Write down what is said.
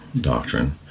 doctrine